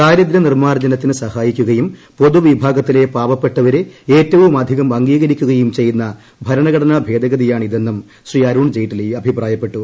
ദാരിദ്ര്യനിർമ്മാർജ്ജനത്തിന് സഹായിക്കുകയും പൊതുവിഭാഗത്തിലെ പാവപ്പെട്ടവരെ ഏറ്റവും അധികം അംഗീകരിക്കുകയും ചെയ്യുന്ന ഭർണഘടനാ ഭേദഗതിയാണ് ഇതെന്നും ശ്രീ അരുൺ ജെയ്റ്റ്ലി അഭ്യീപ്പൊയപ്പെട്ടു